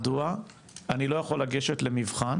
מדוע אני לא יכול לגשת למבחן